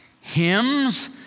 hymns